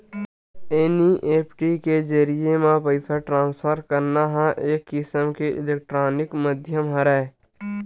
NEFT के जरिए म पइसा ट्रांसफर करना ह एक किसम के इलेक्टानिक माधियम हरय